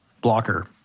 blocker